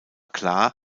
klar